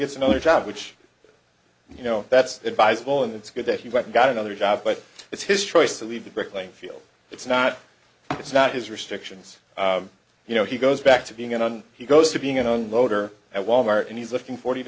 gets another job which and you know that's advisable and it's good that he went and got another job but it's his choice to leave the bricklaying feel it's not it's not his restrictions you know he goes back to being an on he goes to being an unloader at wal mart and he's looking forty to